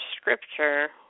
scripture